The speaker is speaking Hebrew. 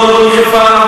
התיאטרון העירוני חיפה,